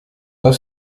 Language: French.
pas